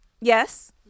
Yes